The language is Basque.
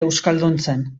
euskalduntzen